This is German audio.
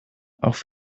auch